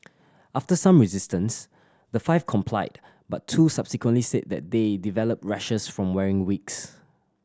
after some resistance the five complied but two subsequently said that they developed rashes from wearing wigs